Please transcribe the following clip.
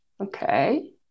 Okay